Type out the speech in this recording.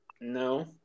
No